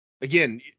again